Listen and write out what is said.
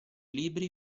libri